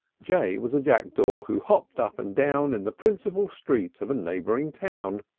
j was a jackdaw who hopped up and down in the principal street of a neighboring town.